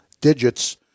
digits